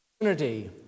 Unity